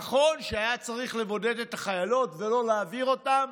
נכון שהיה צריך לבודד את החיילות ולא להעביר אותן,